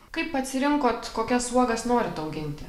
kaip atsirinkot kokias uogas norit auginti